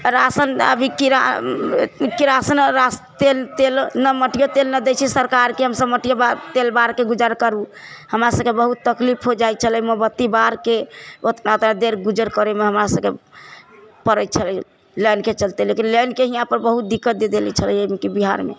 ration अभी किरा किरासन तेल नहि मटियो तेल नहि दै छै सरकार जेकि हमसब मटिये तेल बारके गुजर करू हमरा सबके बहुत तकलीफ हो जाइ छलै मोमबत्ती बारके ओतना ओतना देर गुजर करेमे हमरा सबके पड़ै छलै लाइनके चलते लेकिन लाइनके इहापर बहुत दिक्कत दे देले छलै हँ एमकी बिहारमे